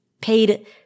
paid